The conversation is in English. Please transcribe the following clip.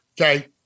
Okay